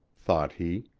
thought he.